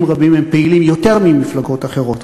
רבים הם פעילים יותר מבמפלגות אחרות.